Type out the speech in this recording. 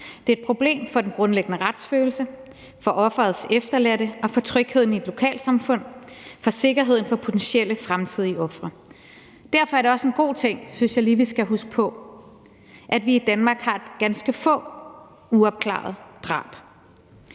Det er et problem for den grundlæggende retsfølelse, for offerets efterladte, for trygheden i et lokalsamfund og for sikkerheden for potentielle fremtidige ofre. Derfor er det også en god ting, synes jeg lige vi skal huske på, at vi i Danmark har ganske få uopklarede drab.